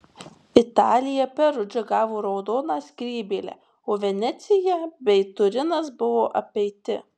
italija perudža gavo raudoną skrybėlę o venecija bei turinas buvo apeiti